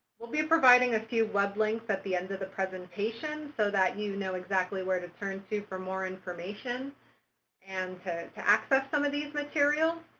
we'll be providing a few web links at the end of the presentation so that you know where to turn to for more information and to to access some of these materials.